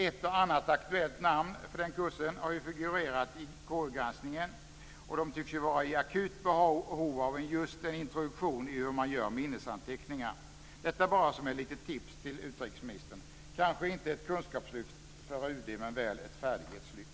Ett och annat aktuellt namn har ju figurerat i KU-granskningen som tycks vara i akut behov av just en introduktion i hur man gör minnesanteckningar, detta bara som ett litet tips till utrikesministern - kanske inte ett kunskapslyft på UD men väl ett färdighetslyft.